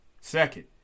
Second